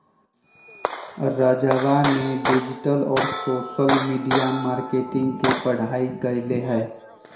राजवा ने डिजिटल और सोशल मीडिया मार्केटिंग के पढ़ाई कईले है